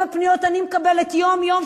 כמה פניות אני מקבלת יום-יום,